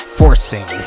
forcing